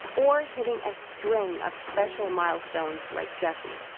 or hitting a string of special milestones, like jesse.